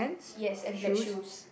yes and black shoes